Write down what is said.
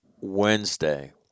Wednesday